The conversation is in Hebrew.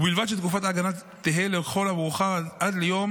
ובלבד שתקופת ההגנה תהא לכל המאוחר עד ליום